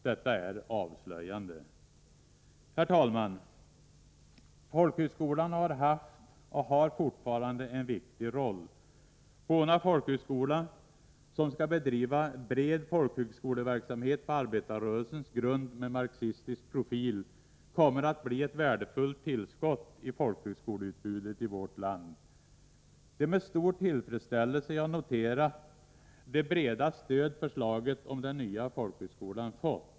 Detta är avslöjande. Herr talman! Folkhögskolan har haft och har fortfarande en viktig roll. Bona folkhögskola — som skall bedriva bred folkhögskoleverksamhet på arbetarrörelsens grund med marxistisk profil — kommer att bli ett värdefullt tillskott i folkhögskoleutbudet i vårt land. Det är med stor tillfredsställelse jag noterar det breda stöd förslaget om den nya folkhögskolan fått.